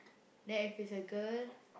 then if it's a girl